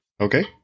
Okay